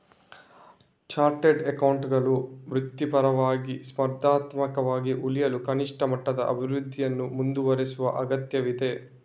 chartered ಅಕೌಂಟೆಂಟುಗಳು ವೃತ್ತಿಪರವಾಗಿ, ಸ್ಪರ್ಧಾತ್ಮಕವಾಗಿ ಉಳಿಯಲು ಕನಿಷ್ಠ ಮಟ್ಟದ ಅಭಿವೃದ್ಧಿಯನ್ನು ಮುಂದುವರೆಸುವ ಅಗತ್ಯವಿದೆ